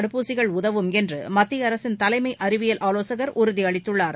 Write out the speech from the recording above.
தடுப்பூசிகள் உதவும் என்று மத்திய அரசின் தலைமை அறிவியல் ஆலோசகர் உறுதியளித்துள்ளார்